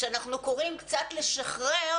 שאנחנו קוראים קצת לשחרר,